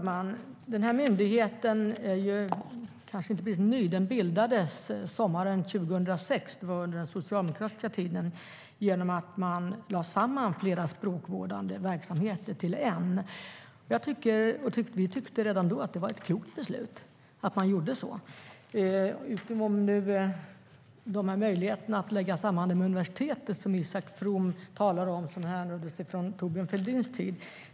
Herr talman! Denna myndighet är inte precis ny, utan den bildades sommaren 2006 under den socialdemokratiska tiden genom att man lade samman flera språkvårdande verksamheter till en. Vi tyckte redan då att det var ett klokt beslut. Jag vet inte om det dåvarande resonemanget kring möjligheten att lägga samman verksamheten med universitetet härrör från Thorbjörn Fälldins tid.